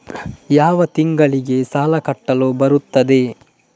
ಯಾವ ತಿಂಗಳಿಗೆ ಸಾಲ ಕಟ್ಟಲು ಬರುತ್ತದೆ?